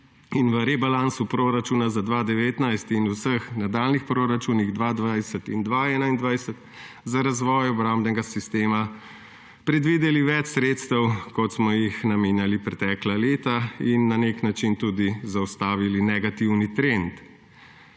in v rebalansu proračuna za leto 2019 in v proračunih za leti 2020 in 2021 za razvoj obrambnega sistema predvideli več sredstev, kot smo jih namenjali pretekla leta, in na nek način tudi zaustavili negativni trend